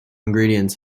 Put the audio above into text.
ingredients